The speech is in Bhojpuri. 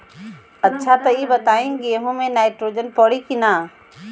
अच्छा त ई बताईं गेहूँ मे नाइट्रोजन पड़ी कि ना?